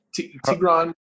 Tigran